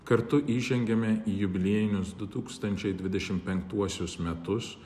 kartu įžengiame į jubiliejinius du tūkstančiai dvidešim penktuosius metus